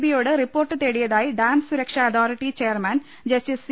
B യോട് report തേടിയതായി dam സുരക്ഷ അതോറിറ്റി ചെയർമാൻ ജസ്റ്റിസ് സി